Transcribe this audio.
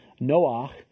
Noach